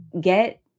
get